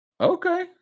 Okay